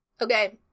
Okay